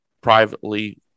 privately